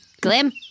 Glim